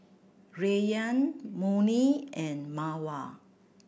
Rayyan Murni and Mawar